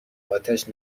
آتش